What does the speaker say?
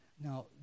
Now